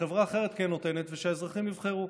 וחברה אחרת כן נותנת, ושהאזרחים יבחרו.